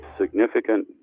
significant